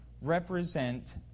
represent